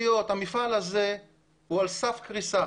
שהמפעל הזה הוא על סף קריסה